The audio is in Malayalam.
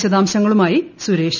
വിശദാംശങ്ങളുമായി സുരേഷ്